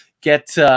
get